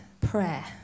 prayer